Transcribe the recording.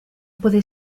puede